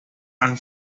han